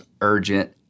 urgent